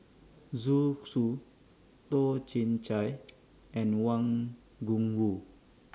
Zhu Xu Toh Chin Chye and Wang Gungwu